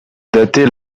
dater